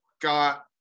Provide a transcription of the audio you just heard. Got